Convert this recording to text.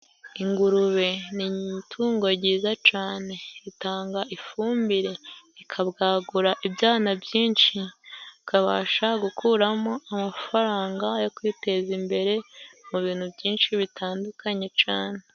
Ingurube ni itungo ryiza cane, itanga ifumbire, ikabwagura ibyana byinshi, ukabasha gukuramo amafaranga yo kwiteza imbere mu bintu byinshi bitandukanye cane.